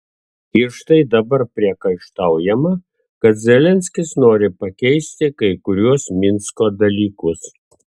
ir štai dabar priekaištaujama kad zelenskis nori pakeisti kai kuriuos minsko dalykus